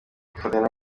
kwifatanya